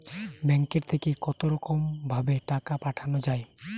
ব্যাঙ্কের থেকে কতরকম ভাবে টাকা পাঠানো য়ায়?